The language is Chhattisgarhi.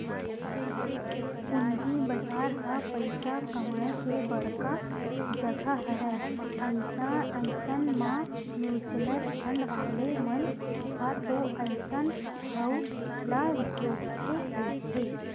पूंजी बजार ह पइसा कमाए के बड़का जघा हरय अइसन म म्युचुअल फंड वाले मन ह तो अइसन ठउर ल जोहते रहिथे